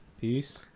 Peace